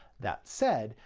that said,